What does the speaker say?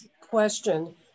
question